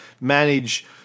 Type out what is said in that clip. manage